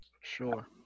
Sure